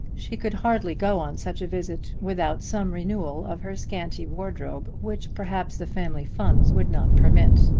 she could hardly go on such a visit without some renewal of her scanty wardrobe, which perhaps the family funds would not permit.